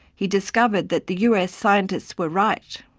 he discovered that the us scientists were right,